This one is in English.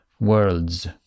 worlds